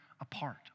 apart